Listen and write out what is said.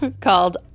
Called